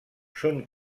són